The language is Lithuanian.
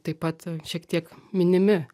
taip pat šiek tiek minimi